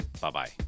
Bye-bye